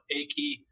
achy